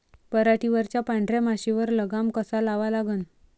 पराटीवरच्या पांढऱ्या माशीवर लगाम कसा लावा लागन?